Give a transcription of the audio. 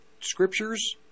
scriptures